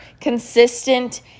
consistent